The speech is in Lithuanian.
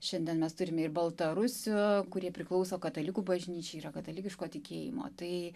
šiandien mes turime ir baltarusių kurie priklauso katalikų bažnyčia yra katalikiško tikėjimo tai